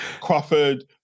Crawford